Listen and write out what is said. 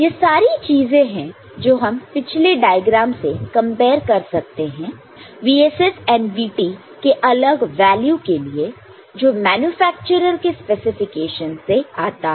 यह सारी चीजें हैं जो हम पिछले डायग्राम से कंपेयर कर सकते हैं VSS and VT के अलग वैल्यू के लिए जो मैन्युफैक्चरर के स्पेसिफिकेशन से आता है